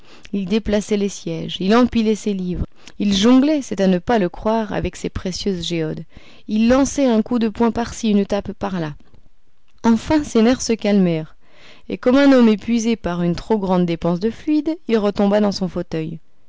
il déplaçait les siéges il empilait ses livres il jonglait c'est à ne pas le croire avec ses précieuses géodes il lançait un coup de poing par-ci une tape par-là enfin ses nerfs se calmèrent et comme un homme épuisé par une trop grande dépense de fluide il retomba dans son fauteuil